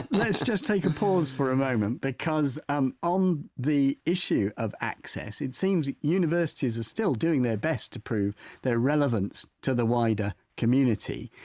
let's just take a pause for a moment because um on the issue of access it seems that universities are still doing their best to prove their relevance to the wider community.